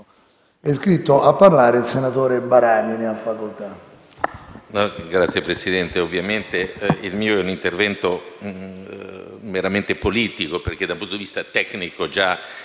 È iscritto a parlare il senatore Barani. Ne ha facoltà.